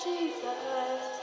Jesus